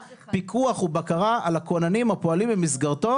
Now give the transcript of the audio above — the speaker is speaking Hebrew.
פיקוח ובקרה על הכוננים הפועלים במסגרתו